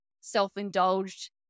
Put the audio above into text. self-indulged